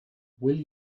will